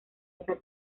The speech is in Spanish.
esa